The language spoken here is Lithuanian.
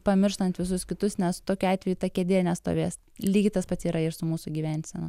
pamirštant visus kitus nes tokiu atveju ta kėdė nestovės lygiai tas pats yra ir su mūsų gyvensena